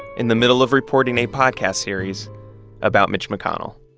in the middle of reporting a podcast series about mitch mcconnell